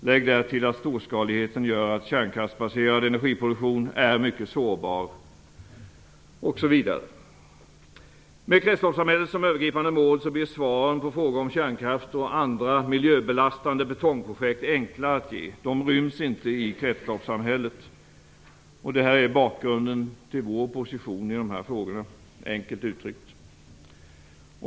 Lägg därtill att storskaligheten gör att kärnkraftsbaserad energiproduktion är mycket sårbar osv. Med kretsloppssamhället som övergripande mål blir svaren på frågor om kärnkraft och andra miljöbelastande betongprojekt enkla att ge. De ryms inte i kretsloppssamhället. Detta är bakgrunden till vår position i dessa frågor, enkelt uttryckt.